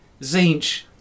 Zinch